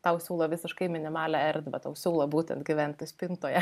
tau siūlo visiškai minimalią erdvę tau siūlo būtent gyventi spintoje